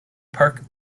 park